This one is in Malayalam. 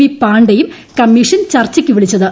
ബി പാണ്ഡെയും കമ്മീഷൻ ചർച്ചയ്ക്ക് വിളിച്ചത്